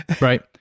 right